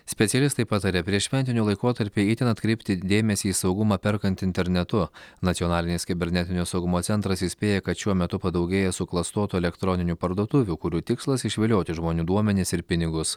specialistai pataria prieššventiniu laikotarpiu itin atkreipti dėmesį į saugumą perkant internetu nacionalinis kibernetinio saugumo centras įspėja kad šiuo metu padaugėjo suklastotų elektroninių parduotuvių kurių tikslas išvilioti iš žmonių duomenis ir pinigus